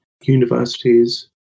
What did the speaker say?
universities